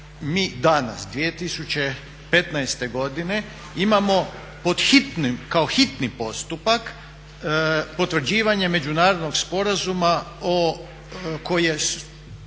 mi danas 2015. godine imamo pod hitnim, kao hitni postupak potvrđivanje Međunarodnog sporazuma koji je